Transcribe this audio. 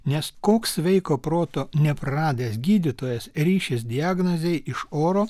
nes koks sveiko proto nepraradęs gydytojas ryšis diagnozei iš oro